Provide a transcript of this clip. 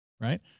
right